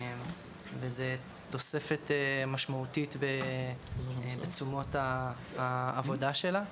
וזו תופסת משמעותית בתשומות העבודה שלה.